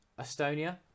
estonia